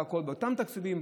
באותם תקציבים,